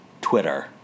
Twitter